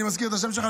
אני מזכיר את השם שלך,